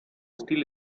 stile